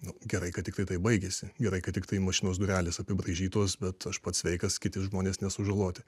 nu gerai kad tiktai taip baigėsi gerai kad tiktai mašinos durelės apibraižytos bet aš pats sveikas kiti žmonės nesužaloti